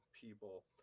people